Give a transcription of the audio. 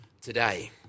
today